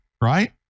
Right